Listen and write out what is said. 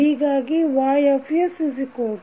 ಹೀಗಾಗಿ YsAX ಆಗಿದೆ